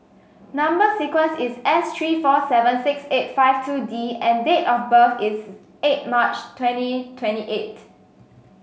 number sequence is S three four seven six eight five two D and date of birth is eight March twenty twenty eight